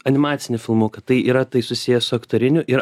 animacinį filmuką tai yra tai susiję su aktoriniu ir